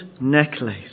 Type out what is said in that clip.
necklace